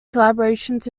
collaborations